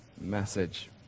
message